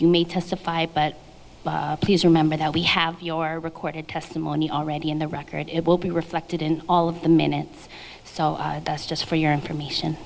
you may testify but please remember that we have your record of testimony already in the record it will be reflected in all of the minutes so that's just for your information